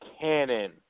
Cannon